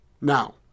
Now